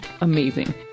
amazing